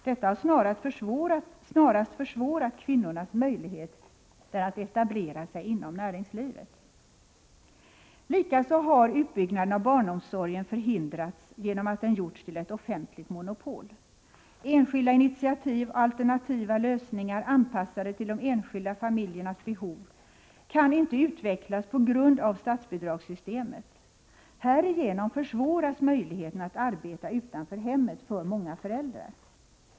Detta har snarast försvårat kvinnornas möjligheter att etablera sig inom näringslivet. Likaså har utbyggnaden av barnomsorgen förhindrats genom att den gjorts till ett offentligt monopol. Enskilda initiativ och alternativa lösningar, anpassade till de enskilda familjernas behov, kan inte utvecklas på grund av statsbidragssystemet. Härigenom minskas möjligheterna att arbeta utanför hemmet för många föräldrar.